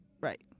Right